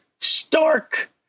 stark